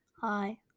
Hi